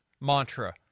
mantra